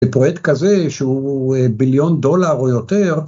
‫זה פרויקט כזה שהוא ‫ביליון דולר או יותר.